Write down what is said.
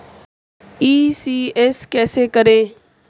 ECS कैसे करें?